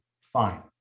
fine